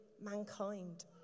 mankind